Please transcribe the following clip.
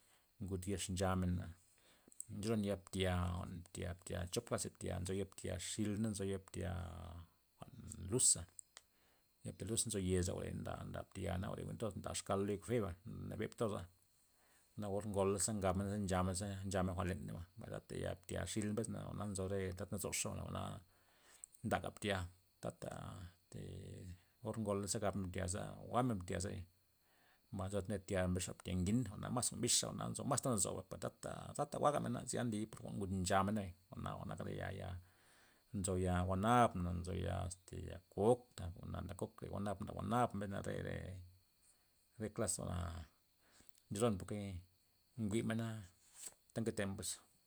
Ngud yex nchamena ncholon ya btya btya- btya- chop klas btia, nzo ya btya xil, na nzo ya btya jwa'n luza ya btya luz nzo yez jwa're nda bya- na jwa're jwi'n toza nda xkal lo ya kafeba na beb' toza, na or ngolaza ngabmena ze nchamena ze nchamen jwa'n leneyba, mbay na tayal btya xil mbesnaba jwa'na nzo re ta ta nzoxa jwa'na mdaga mbtya tata te or ngola ze gabmena btyaza jwa'men mbtya ze bay mbay nzo thib ned btya mbesxa btya ngin jwa'na jwa'n mas bixa jwa'na nzo masta nazuba per tata jwa'gamena zya nli por ngud nchamena jwa'na nak re ya- ya nzo ya guanabna nzo ya este ya kokna jwa'na nak kok re guanab na guanab mbesna re- re- re klas jwa'na ncholon por ke njwi'mena ta nketemen pues.